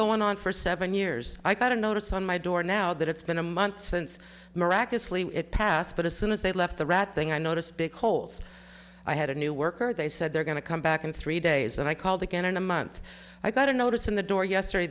going on for seven years i got a notice on my door now that it's been a month since morocco it passed but as soon as they left the rat thing i noticed big holes i had a new worker they said they're going to come back in three days and i called again in a month i got a notice in the door yesterday